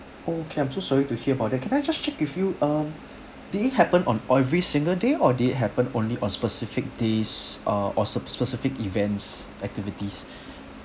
oh okay I'm so sorry to hear about that can I just check with you um did it happen on every single day or did it happen only on specific days err or some specific events activities